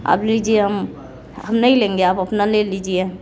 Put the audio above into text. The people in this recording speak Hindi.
अब लीजिए हम हम नहीं लेंगे आप अपना ले लीजिए